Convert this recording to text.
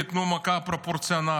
תיתנו מכה פרופורציונלית.